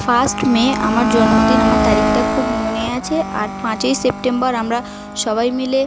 first May আমার জন্মদিন আমার তারিখটা খুব মনে আছে আর পাঁচই সেপ্টেম্বর আমরা সবাই মিলে